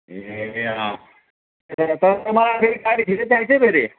ए तर मलाइ फेरि गाडी छिट्टै चाहिन्छ है फेरि